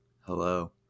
Hello